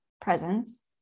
presence